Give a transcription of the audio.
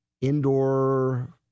indoor